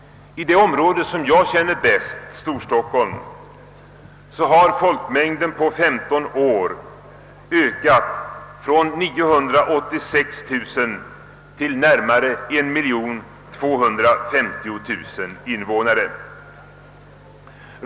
I det område som jag känner bäst, Storstockholm, har folkmängden på 15 år ökat från 986000 till närmare 1250 000 invånare.